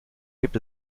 gibt